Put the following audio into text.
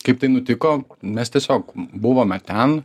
kaip tai nutiko mes tiesiog buvome ten